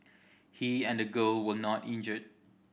he and the girl were not injured